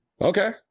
Okay